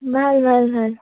ভাল ভাল ভাল